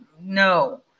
No